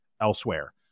elsewhere